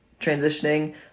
transitioning